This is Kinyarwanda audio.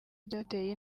byateye